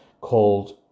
called